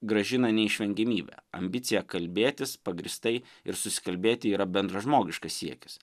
grąžina neišvengiamybė ambicija kalbėtis pagrįstai ir susikalbėti yra bendražmogiškas siekis